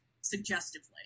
suggestively